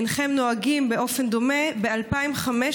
מדוע אינכם נוהגים באופן דומה ב-2,500